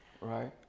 Right